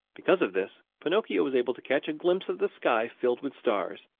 because of this, pinocchio was able to catch a glimpse of the sky filled with stars,